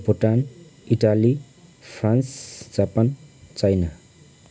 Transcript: Bhutan Italy France Japan China